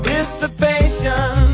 Dissipation